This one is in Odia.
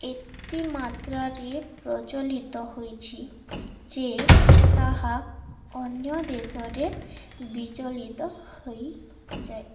ଏତେ ମାତ୍ରାରେ ପ୍ରଚଳିତ ହୋଇଛି ଯେ ତାହା ଅନ୍ୟ ଦେଶରେ ବିଚଳିତ ହୋଇଯାଏ